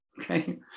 Okay